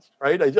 right